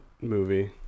movie